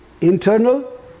internal